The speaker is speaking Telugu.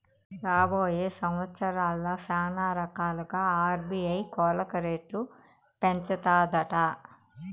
రాబోయే సంవత్సరాల్ల శానారకాలుగా ఆర్బీఐ కోలక రేట్లు పెంచతాదట